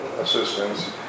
assistance